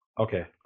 okay